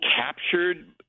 captured